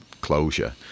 closure